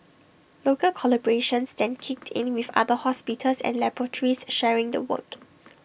local collaborations then kicked in with other hospitals and laboratories sharing the work